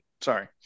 Sorry